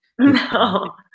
No